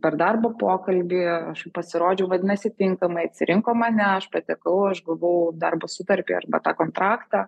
per darbo pokalbį aš pasirodžiau vadinasi tinkamai atsirinko mane aš patekau aš gavau darbo sutartį arba tą kontraktą